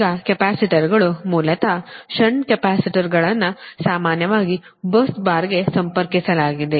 ಈಗ ಕೆಪಾಸಿಟರ್ಗಳು ಮೂಲತಃ ಷಂಟ್ ಕೆಪಾಸಿಟರ್ಗಳನ್ನು ಸಾಮಾನ್ಯವಾಗಿ ಬಸ್ ಬಾರ್ಗೆ ಸಂಪರ್ಕಿಸಲಾಗಿದೆ